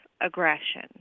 aggression